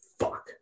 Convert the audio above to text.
Fuck